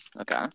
Okay